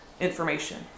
information